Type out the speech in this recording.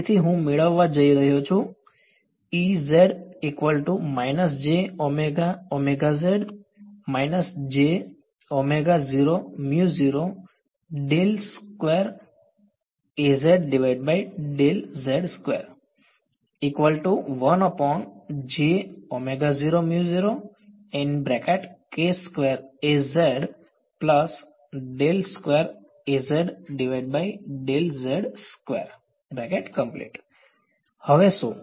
તેથી હું મેળવવા જઈ રહ્યો છું હવે શું